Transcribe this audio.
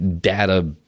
data